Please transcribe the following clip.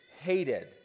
hated